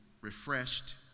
refreshed